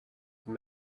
that